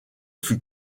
fut